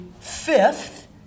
fifth